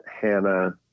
Hannah